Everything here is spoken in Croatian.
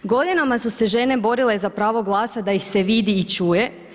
Godinama su se žene borile za pravo glasa, da ih se vidi i čuje.